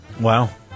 Wow